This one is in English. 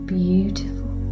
beautiful